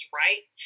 right